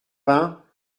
vingts